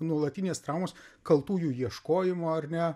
nuolatinės traumos kaltųjų ieškojimo ar ne